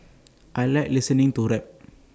I Like listening to rap